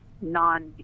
non